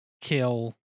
kill